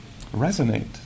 resonate